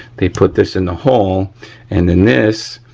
they put this in the hole and then this,